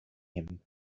him